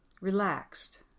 Relaxed